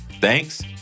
Thanks